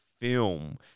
film